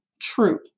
true